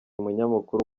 umunyamakuru